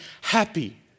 happy